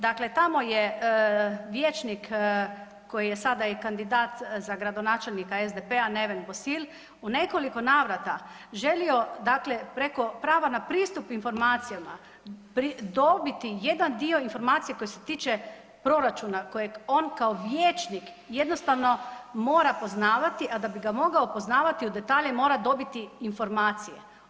Dakle, tamo je vijećnik koji je sada i kandidat za gradonačelnika SDP-a Neven Bosil u nekoliko navrata želio dakle preko prava na pristup informacijama dobiti jedan dio informacija koje se tiče proračuna kojeg on kao vijećnik jednostavno mora poznavati, a da bi ga mogao poznavati u detalje mora dobiti informacije.